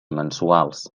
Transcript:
mensuals